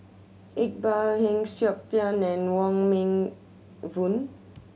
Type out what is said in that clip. Iqbal Heng Siok Tian and Wong Meng Voon